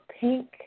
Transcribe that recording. pink